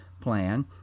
plan